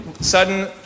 sudden